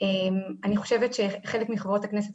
אני חושבת שחלק מחברות כנסת,